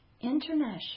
International